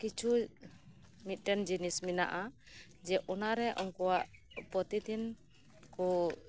ᱠᱤᱪᱷᱩ ᱢᱤᱫᱴᱮᱱ ᱡᱤᱱᱤᱥ ᱢᱮᱱᱟᱜᱼᱟ ᱚᱱᱟᱨᱮ ᱩᱱᱠᱩᱭᱟᱜ ᱯᱨᱚᱛᱤ ᱫᱤᱱ ᱠᱚ